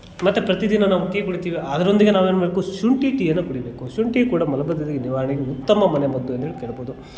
ಮತ್ತು ಪ್ರತೀ ದಿನ ನಾವು ಟೀ ಕುಡಿತೀವಿ ಅದರೊಂದಿಗೆ ನಾವು ಏನು ಮಾಡಬೇಕು ಶುಂಠಿ ಟೀಯನ್ನು ಕುಡಿಬೇಕು ಶುಂಠಿ ಕೂಡ ಮಲಬದ್ಧತೆ ನಿವಾರಣೆಗೆ ಉತ್ತಮ ಮನೆ ಮದ್ದು ಎಂದು ಹೇಳ್ಬೊದು